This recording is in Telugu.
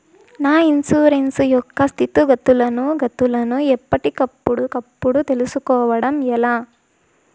నా ఇన్సూరెన్సు యొక్క స్థితిగతులను గతులను ఎప్పటికప్పుడు కప్పుడు తెలుస్కోవడం ఎలా?